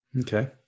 Okay